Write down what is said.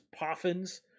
poffins